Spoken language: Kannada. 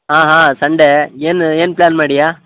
ಹಾಂ ಹಾಂ ಸಂಡೇ ಏನು ಏನು ಪ್ಲ್ಯಾನ್ ಮಾಡಿದ್ಯಾ